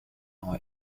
neu